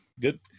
good